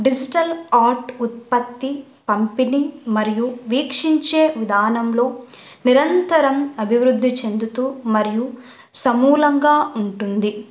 digital art ఉత్పత్తి పంపిణీ మరియు వీక్షించే విధానంలో నిరంతరం అభివృద్ధి చెందుతూ మరియు సమూలంగా ఉంటుంది